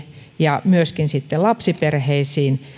ja myöskin sitten lapsiperheisiin